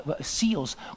seals